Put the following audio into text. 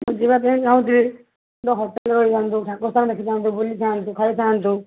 ମୁଁ ଯିବା ପାଇଁ ଚାହୁଁଛି ହୋଟେଲ୍ରେ ରହିଥାନ୍ତୁ ଠାକୁର ସ୍ଥାନ ଦେଖିଥାନ୍ତୁ ବୁଲିଥାନ୍ତୁ ଖାଇଥାନ୍ତୁ